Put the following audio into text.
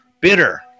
Bitter